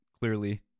clearly